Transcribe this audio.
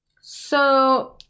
So-